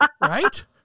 Right